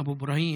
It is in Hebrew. אבו אברהים,